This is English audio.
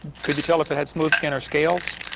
could you tell if it had smooth skin or scales?